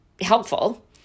helpful